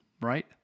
right